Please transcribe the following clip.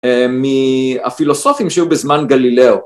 מהפילוסופים שהיו בזמן גלילאו.